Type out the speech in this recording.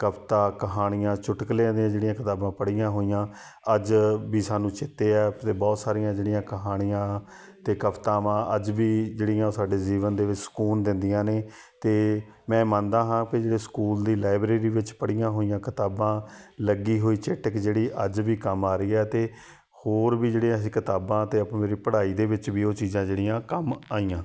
ਕਵਿਤਾ ਕਹਾਣੀਆਂ ਚੁਟਕਲਿਆਂ ਦੀਆਂ ਜਿਹੜੀਆਂ ਕਿਤਾਬਾਂ ਪੜ੍ਹੀਆਂ ਹੋਈਆਂ ਅੱਜ ਵੀ ਸਾਨੂੰ ਚੇਤੇ ਆ ਅਤੇ ਬਹੁਤ ਸਾਰੀਆਂ ਜਿਹੜੀਆਂ ਕਹਾਣੀਆਂ ਅਤੇ ਕਵਿਤਾਵਾਂ ਅੱਜ ਵੀ ਜਿਹੜੀਆਂ ਸਾਡੇ ਜੀਵਨ ਦੇ ਵਿੱਚ ਸਕੂਨ ਦਿੰਦੀਆਂ ਨੇ ਅਤੇ ਮੈਂ ਮੰਨਦਾ ਹਾਂ ਵੀ ਜਿੱਦਾਂ ਸਕੂਲ ਦੀ ਲਾਇਬ੍ਰੇਰੀ ਵਿੱਚ ਪੜ੍ਹੀਆਂ ਹੋਈਆਂ ਕਿਤਾਬਾਂ ਲੱਗੀ ਹੋਈ ਚੇਟਕ ਜਿਹੜੀ ਅੱਜ ਵੀ ਕੰਮ ਆ ਰਹੀ ਹੈ ਅਤੇ ਹੋਰ ਵੀ ਜਿਹੜੀਆਂ ਅਸੀਂ ਕਿਤਾਬਾਂ ਅਤੇ ਆਪਾਂ ਮੇਰੀ ਪੜ੍ਹਾਈ ਦੇ ਵਿੱਚ ਵੀ ਉਹ ਚੀਜ਼ਾਂ ਜਿਹੜੀਆਂ ਕੰਮ ਆਈਆਂ